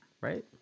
Right